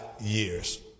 years